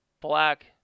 black